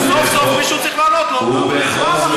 אז סוף-סוף מישהו צריך לענות לו פעם אחת,